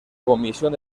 comisión